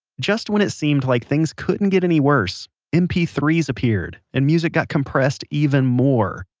just when it seemed like things couldn't get any worse, m p three s appeared, and music got compressed even more.